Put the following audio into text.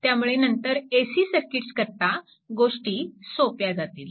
त्यामुळे नंतर AC circuits करिता गोष्टी सोप्या जातील